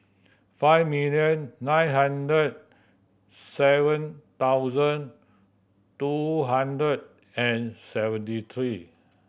five million nine hundred seven thousand two hundred and seventy three